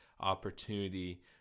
opportunity